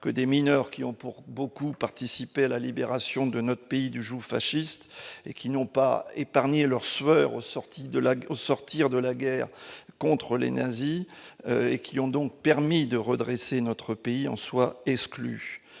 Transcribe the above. que des mineurs qui ont pour beaucoup participé à la libération de notre pays du joug fasciste et qui n'ont pas épargné le receveur au sortir de la sortir de la guerre contre les nazis et qui ont donc permis de redresser notre pays en soient exclus